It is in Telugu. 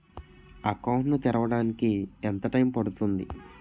అకౌంట్ ను తెరవడానికి ఎంత టైమ్ పడుతుంది?